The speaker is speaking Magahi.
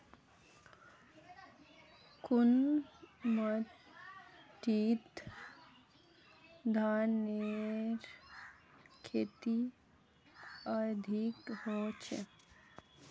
कुन माटित धानेर खेती अधिक होचे?